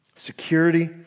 Security